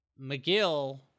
mcgill